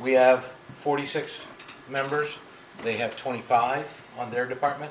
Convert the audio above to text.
we have forty six members we have twenty five on their department